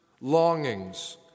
longings